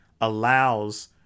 allows